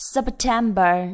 September